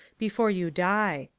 before you die.